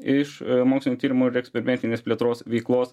iš mokslinių tyrimų ir eksperimentinės plėtros veiklos